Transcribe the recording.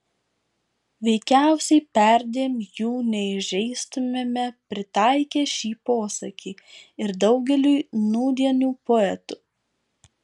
veikiausiai perdėm jų neįžeistumėme pritaikę šį posakį ir daugeliui nūdienių poetų